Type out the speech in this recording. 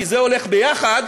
כי זה הולך יחד,